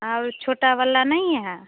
हाँ वह छोटा वाला नहीं है